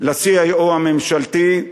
ל-CIO הממשלתי,